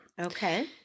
Okay